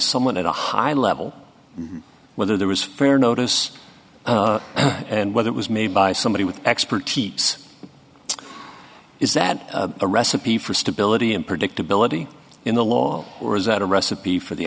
someone at a high level whether there was fair notice and whether it was made by somebody with expertise is that a recipe for stability and predictability in the law or is that a recipe for the